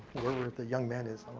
wherever the young man is.